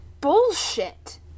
bullshit